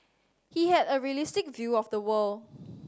he had a realistic view of the world